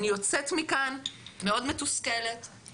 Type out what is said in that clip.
אני יוצאת מכאן מאוד מתוסכלת,